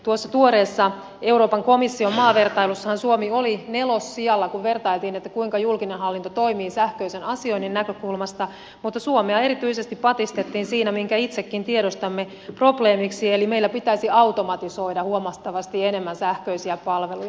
tuossa tuoreessa euroopan komission maavertailussahan suomi oli nelossijalla kun vertailtiin kuinka julkinen hallinto toimii sähköisen asioinnin näkökulmasta mutta suomea erityisesti patistettiin siinä minkä itsekin tiedostamme probleemiksi eli meillä pitäisi automatisoida huomattavasti enemmän sähköisiä palveluja